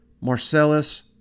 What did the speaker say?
Marcellus